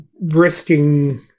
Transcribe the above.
risking